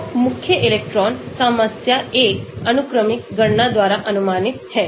तो मुख्य इलेक्ट्रॉन समस्या एक अनुक्रमिक गणना द्वारा अनुमानित है